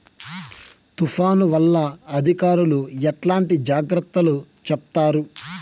తుఫాను వల్ల అధికారులు ఎట్లాంటి జాగ్రత్తలు చెప్తారు?